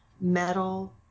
metal